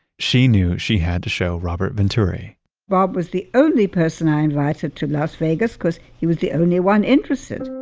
she knew she had to show robert venturi bob was the only person i invited to las vegas because he was the only one interested.